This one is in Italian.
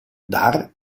dar